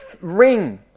ring